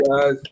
guys